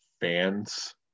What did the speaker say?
fans